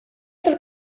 tal